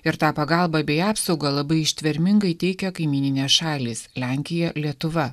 ir tą pagalbą bei apsaugą labai ištvermingai teikia kaimyninės šalys lenkija lietuva